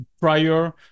prior